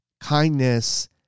kindness